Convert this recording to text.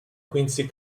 quincy